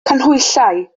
canhwyllau